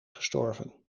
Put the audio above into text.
gestorven